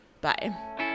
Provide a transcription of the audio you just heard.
Bye